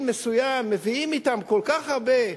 מסוים לפעמים מביאים אתם כל כך הרבה,